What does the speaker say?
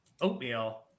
Oatmeal